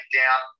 down